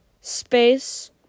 space